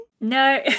No